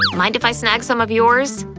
mind if i snag some of yours?